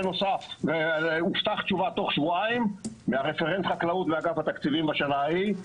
למרות שהובטחה תשובה שבועיים מרפרנט החקלאות באגף התקציבים בשנה ההיא,